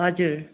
हजुर